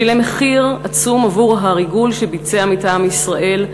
שילם מחיר עצום עבור הריגול שביצע מטעם ישראל,